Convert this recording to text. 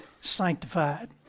sanctified